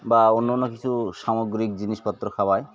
বা অন্যান্য কিছু সামগ্রিক জিনিসপত্র খাওয়ায়